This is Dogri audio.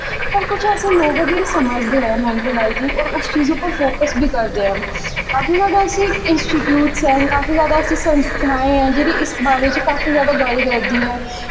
ते कुछ ऐसे लोग ऐं जेह्ड़े समझदे ऐं मैंटल हैल्थ गी और उस पर फोकस बी करदे ऐं काफी जादा ऐसे इंस्टिटयूट ऐं काफी जादा ऐसी संस्थां ऐं जेह्ड़ी इस बारे च काफी जादा गल्ल करदी ऐ